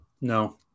No